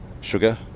sugar